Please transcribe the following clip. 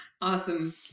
awesome